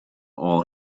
all